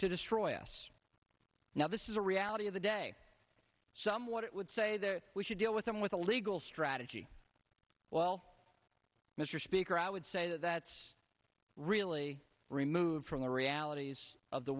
to destroy us now this is a reality of the day somewhat it would say that we should deal with them with a legal strategy well mr speaker i would say that's really removed from the realities of the